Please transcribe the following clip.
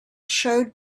showed